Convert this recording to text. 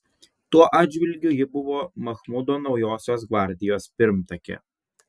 tuo atžvilgiu ji buvo machmudo naujosios gvardijos pirmtakė